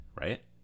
right